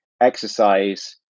exercise